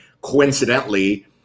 coincidentally